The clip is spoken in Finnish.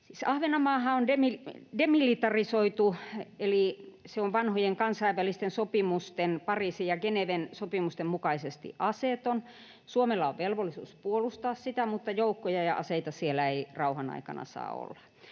Ahvenanmaahan on demilitarisoitu, eli se on vanhojen kansainvälisten sopimusten, Pariisin ja Geneven sopimusten, mukaisesti aseeton. Suomella on velvollisuus puolustaa sitä, mutta joukkoja ja aseita siellä ei rauhan aikana saa olla.